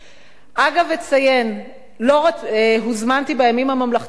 אציין: הוזמנתי בימים הממלכתיים של ישראל,